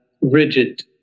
rigid